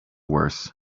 worse